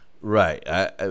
Right